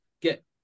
get